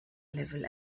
level